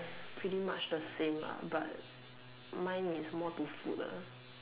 pretty much the same lor but mine is more to food uh